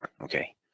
Okay